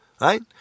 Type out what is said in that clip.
right